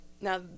Now